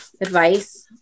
advice